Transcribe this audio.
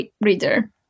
reader